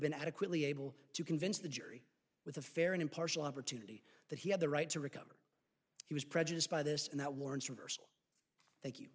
been adequately able to convince the jury with a fair and impartial opportunity that he had the right to recover he was prejudiced by this and that